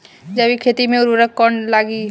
जैविक खेती मे उर्वरक कौन लागी?